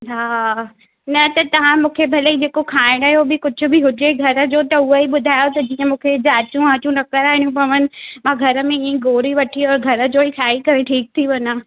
हा हा न त तव्हां मूंखे भले ई जेको खाइण जो बि कुझु बि हुजे घर जो त हूअईं ॿुधायो छोजो न मूंखे जांचूं वाचूं न कराइणियूं पवनि मां घर में ई गोरी वठी ओर घर जो ई खाई करे ठीकु थी वञां